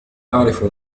أعرف